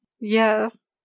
yes